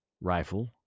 rifle